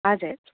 हजुर